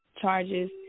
charges